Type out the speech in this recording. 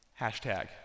Hashtag